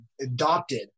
adopted